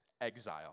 exile